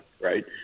right